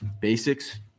basics